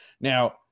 Now